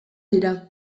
dira